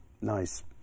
nice